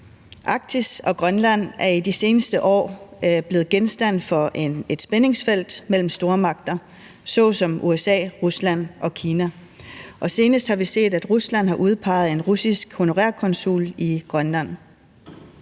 Arktis og Grønland er i de seneste år blevet genstand for et spændingsfelt mellem stormagter såsom USA, Rusland og Kina, og senest har vi set, at Rusland har udpeget en russisk honorær konsul i Grønland.